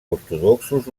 ortodoxos